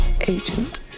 Agent